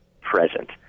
present